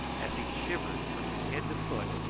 as he shivered from head to foot,